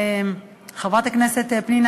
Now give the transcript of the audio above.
חברת הכנסת פנינה,